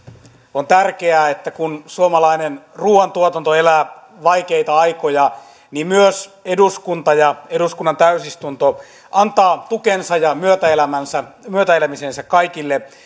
on tärkeää että kun suomalainen ruuantuotanto elää vaikeita aikoja niin myös eduskunta ja eduskunnan täysistunto antaa tukensa ja myötäelämisensä myötäelämisensä kaikille